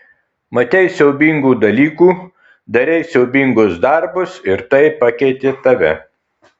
matei siaubingų dalykų darei siaubingus darbus ir tai pakeitė tave